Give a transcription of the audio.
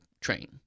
train